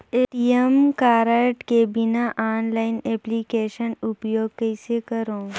ATM card के बिना online application उपयोग कइसे करो?